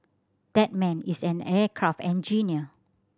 that man is an aircraft engineer